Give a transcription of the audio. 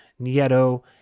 Nieto